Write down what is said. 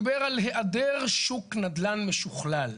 דיבר על היעדר שוק נדל"ן משוכלל.